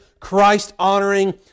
Christ-honoring